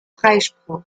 freispruch